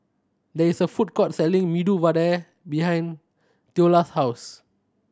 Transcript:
there is a food court selling Medu Vada behind Theola's house